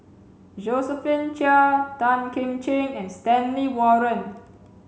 Josephine Chia Tan Kim Ching and Stanley Warren